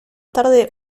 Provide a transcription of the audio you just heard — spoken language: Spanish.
tarde